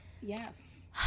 Yes